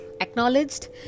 Acknowledged